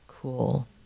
cool